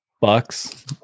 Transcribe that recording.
Bucks